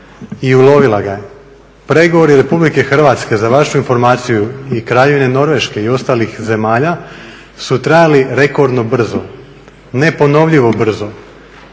i ulovila ga je. Pregovori Republike Hrvatske za vašu informaciju i Kraljevine Norveške i ostalih zemalja su trajali rekordno brzo, neponovljivo brzo.